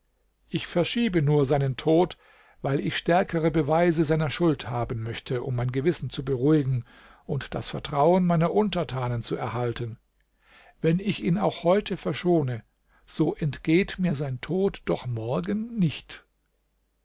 ich verschiebe nur seinen tod weil ich stärkere beweise seiner schuld haben möchte um mein gewissen zu beruhigen und das vertrauen meiner untertanen zu erhalten wenn ich ihn auch heute verschone so entgeht mir sein tod doch morgen nicht